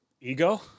Ego